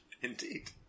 Indeed